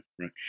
right